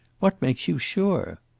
what makes you sure?